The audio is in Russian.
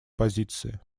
позиции